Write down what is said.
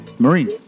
Marine